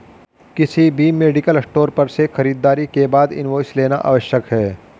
किसी भी medical store पर से खरीदारी के बाद इनवॉइस लेना आवश्यक है